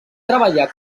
treballar